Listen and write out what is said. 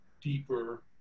deeper